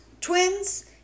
twins